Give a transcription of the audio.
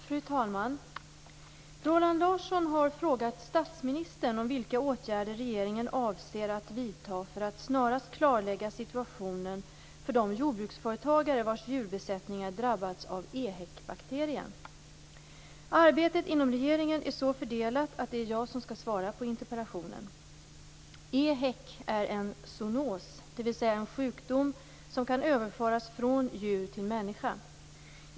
Fru talman! Roland Larsson har frågat statsministern om vilka åtgärder regeringen avser att vidta för att snarast klarlägga situationen för de jordbruksföretagare vars djurbesättningar drabbats av EHEC Arbetet inom regeringen är så fördelat att det är jag som skall svara på interpellationen. EHEC är en zoonos, dvs. en sjukdom som kan överföras från djur till människa.